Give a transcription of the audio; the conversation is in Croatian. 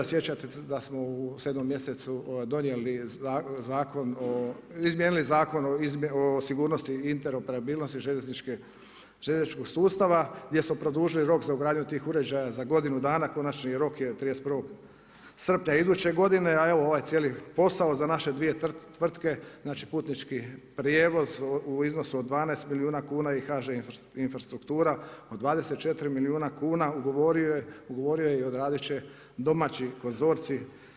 Sjećate se da smo u 7. mjesecu donijeli izmijenili Zakon o sigurnosti i interoperabilnosti željezničkog sustava gdje smo produžili rok za ugradnju tih uređaja za godinu dana, konačni rok je 31. srpnja iduće godine, a evo, ovaj cijeli posao za naše dvije tvrtke, znači putnički prijevoz u iznosu od 12 milijuna kuna i HŽ infrastruktura od 24 milijuna kuna, ugovorio je i odradit će domaći konzorcij.